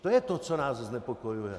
To je to, co nás znepokojuje.